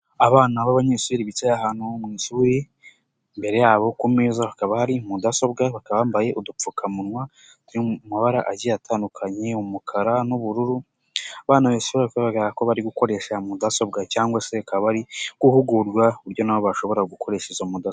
Abana b'abanyeshuri bicaye ahantu mu ishuri, imbere yabo ku meza bakaba hari mudasobwa, bakaba bambaye udupfukamunwa mu mabara agiye atandukanye, umukara n'ubururu, aba bana bagaragara ko bari gukoresha mudasobwa cyangwa se bakaba bari guhugurwa, uburyo nabo bashobora gukoresha izo mudasobwa.